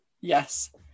Yes